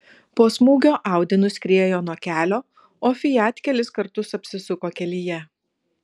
po smūgio audi nuskriejo nuo kelio o fiat kelis kartus apsisuko kelyje